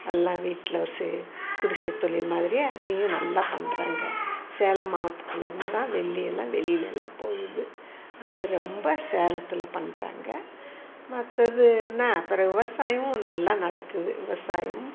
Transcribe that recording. எல்லாம் வீட்டில் வச்சி குடிசை தொழில் மாதிரி அதையும் நல்லா பண்ணுறாங்க சேலம் மாவட்டத்தில் இருந்துதான் வெள்ளி எல்லாம் வெளியிலெல்லாம் போகுது அது ரொம்ப சேலத்தில் பண்ணுறாங்க மற்றது என்ன பிறவு விவசாயமும் நல்லா நடக்குது விவசாயமும்